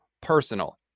personal